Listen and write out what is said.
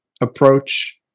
approach